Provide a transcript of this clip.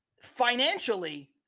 financially